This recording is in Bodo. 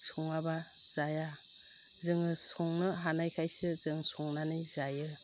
सङाबा जाया जोङो संनो हानायखायसो जों संनानै जायो